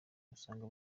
usanga